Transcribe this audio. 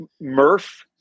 Murph